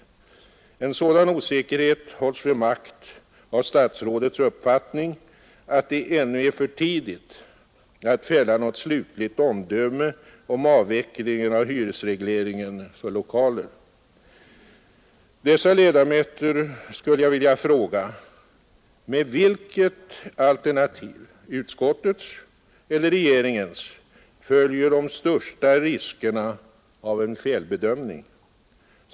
En sådan osäkerhet hålls vid makt av statsrådets uppfattning att det ännu är för tidigt att fälla något slutligt omdöme om avvecklingen av hyresregleringen av lokaler. Dessa ledamöter skulle jag vilja fråga: Med vilket alternativ — utskottets eller regeringens — följer de största riskerna av en felbedömning?